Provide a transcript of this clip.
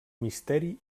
misteri